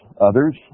others